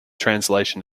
translation